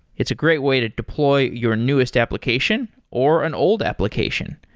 it's a great way to deploy your newest application, or an old application.